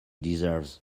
deserves